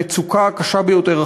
המצוקה הקשה ביותר,